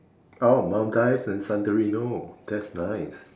oh Maldives and Santarino that's nice